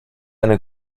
eine